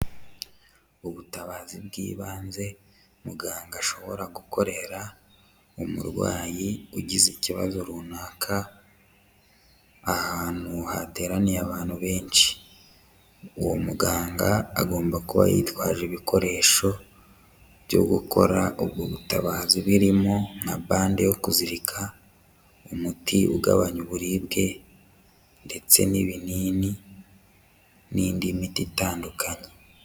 Ubutabazi bw'ibanze muganga ashobora gukorera umurwayi ugize ikibazo runaka ahantu hateraniye abantu benshi, uwo muganga agomba kuba yitwaje ibikoresho byo gukora ubwo butabazi birimo nka bande yo kuzirika, umuti ugabanya uburibwe ndetse n'ibinini n'indi miti itandukanye.